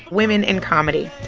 women in comedy.